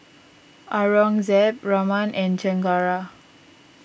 Aurangzeb Raman and Chengara